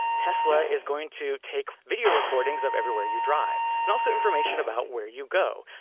tesla is going to take video recordings of everywhere you drive and also information about where you go.